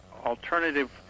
alternative